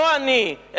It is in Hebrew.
לא אני,